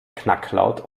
knacklaut